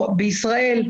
בישראל,